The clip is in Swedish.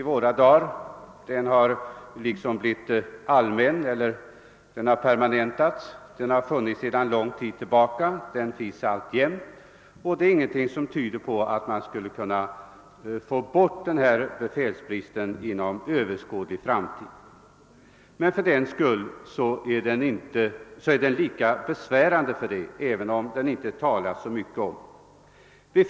I våra dagar talas inte lika ofta som förr om befälsbristen. Den har permanentats, den har funnits sedan lång tid tillbaka, och den kommer att finnas alltjämt, och det är ingenting som tyder på att man skulle kunna eliminera befälsbristen inom överskådlig framtid. Men den är lika besvärande, även om det inte talas så mycket om den.